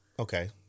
Okay